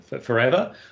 forever